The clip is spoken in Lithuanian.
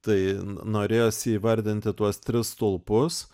tai norėjosi įvardinti tuos tris stulpus